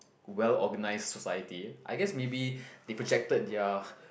well organized society I guess maybe they projected their